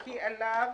כי עליו